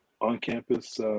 on-campus